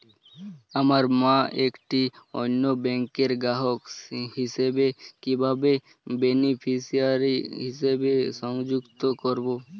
আমার মা একটি অন্য ব্যাংকের গ্রাহক হিসেবে কীভাবে বেনিফিসিয়ারি হিসেবে সংযুক্ত করব?